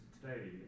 today